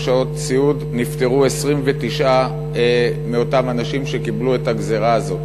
שעות סיעוד נפטרו 29 מאותם אנשים שקיבלו את הגזירה הזאת.